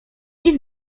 nic